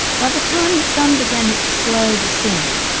by the time the sun began it's slow descent,